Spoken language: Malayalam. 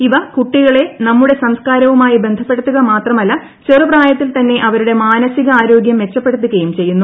ഇവ കുട്ടികളെ ന്യൂമ്മുടെ സംസ്കാരവുമായി ബന്ധപ്പെടുത്തുക മാത്രമല്ല ചെറുപ്രായത്തിൽ തന്നെ അവരുടെ മാനസികാരോഗൃം മെച്ചപ്പെടുത്തുകുയും ചെയ്യുന്നു